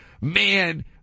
man